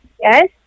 Yes